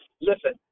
Listen